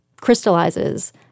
crystallizes